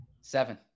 Seven